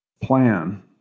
plan